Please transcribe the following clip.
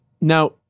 Now